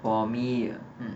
for me ah